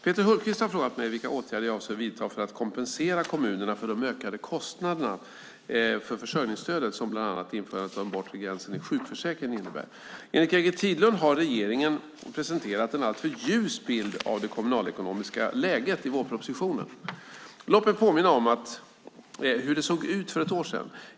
Peter Hultqvist har frågat mig vilka åtgärder jag avser att vidta för att kompensera kommunerna för de ökade kostnaderna för försörjningsstödet som bland annat införandet av den bortre gränsen i sjukförsäkringen innebär. Enligt Greger Tidlund har regeringen presenterat en alltför ljus bild av det kommunalekonomiska läget i vårpropositionen. Låt mig påminna om hur det såg ut för ett år sedan.